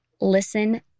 listen